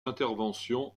interventions